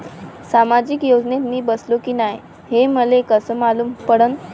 सामाजिक योजनेत मी बसतो की नाय हे मले कस मालूम पडन?